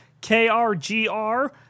K-R-G-R